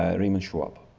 um raymond schwab.